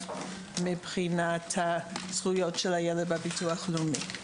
מבחינת זכויות הילד בביטוח לאומי.